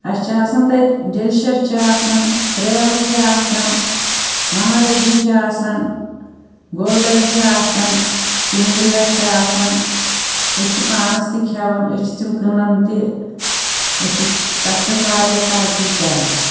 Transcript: اسہِ چھِ آسان تَتہِ ڈیٚلِشَس چھِ آسان ترٛیلہٕ چھِ آسان ماہرٲجی چھِ آسان گولڈَن چھِ آسان چُمورِیہ چھِ آسان أسۍ چھِ پانَس تہِ کھیٚوان أسۍ چھِ تِم کٕنان تہِ أسۍ چھِ تَتھ پٮ۪ٹھ واریاہ ترقی کران